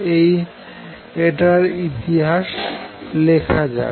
এই ইতিহাস লেখা যাক